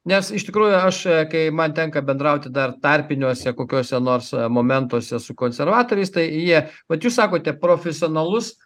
nes iš tikrųjų aš kai man tenka bendrauti dar tarpiniuose kokiuose nors momentuose su konservatoriais tai jie vat jūs sakote profesionalus